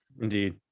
indeed